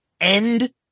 end